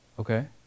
okay